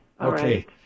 Okay